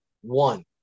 one